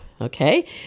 Okay